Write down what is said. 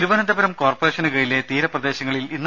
തിരുവനന്തപുരം കോർപ്പറേഷന് കീഴിലെ തീരപ്രദേശങ്ങളിൽ ഇന്നു